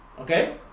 okay